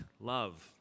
love